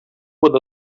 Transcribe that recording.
with